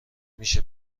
میشه